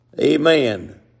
Amen